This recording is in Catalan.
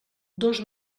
dos